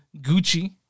Gucci